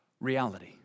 reality